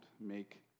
make